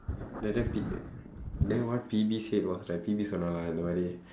then then phoe~ then what phoebe said was like phoebe சொன்னான்:sonnaan lah இந்த மாதிரி:indtha maathiri